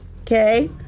Okay